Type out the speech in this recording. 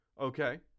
okay